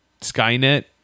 Skynet